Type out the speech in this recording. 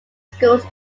schools